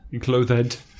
Clothed